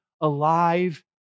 alive